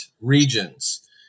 regions